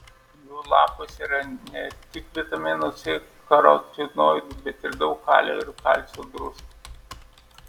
jų lapuose yra ne tik vitamino c karotinoidų bet ir daug kalio ir kalcio druskų